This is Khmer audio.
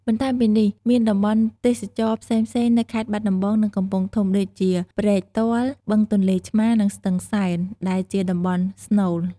បន្ថែមពីនេះ មានតំបន់ទេសចរណ៍ផ្សេងៗនៅខេត្តបាត់ដំបង និងកំពង់ធំដូចជា ព្រែកទាល់ បឹងទន្លេឆ្មារ និងស្ទឹងសែន ដែលជាតំបន់ស្នូល។